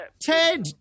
Ted